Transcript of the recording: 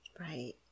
Right